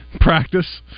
Practice